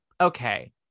okay